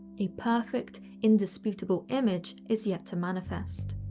a perfect, indisputable, image is yet to manifest.